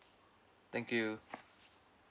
thank you